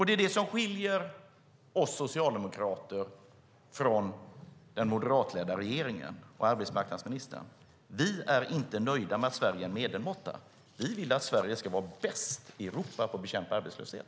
Det är vad som skiljer oss socialdemokrater från den moderatledda regeringen och arbetsmarknadsministern. Vi är inte nöjda med att Sverige är en medelmåtta. Vi vill att Sverige ska vara bäst i Europa på att bekämpa arbetslöshet.